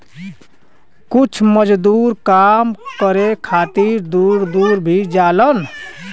कुछ मजदूर काम करे खातिर दूर दूर भी जालन